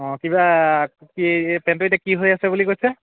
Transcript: অঁ কিবা কি পেণ্টটো এতিয়া কি হৈ আছে বুলি কৈছে